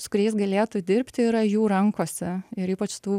su kuriais galėtų dirbti yra jų rankose ir ypač tų